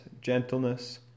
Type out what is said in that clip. gentleness